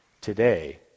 today